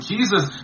Jesus